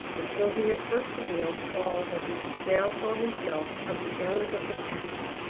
until he had first revealed all that he now saw himself of the errors of the past.